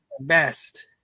best